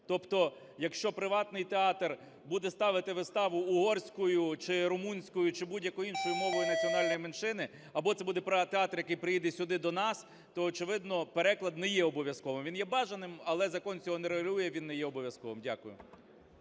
Тобто якщо приватний театр буде ставити виставу угорською чи румунською, чи будь-якою іншою мовою національної меншини, або це буде театр, який приїде сюди до нас, то очевидно переклад не є обов'язковим. Він є бажаним, але закон цього не регулює, він не є обов'язковим. Дякую.